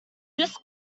this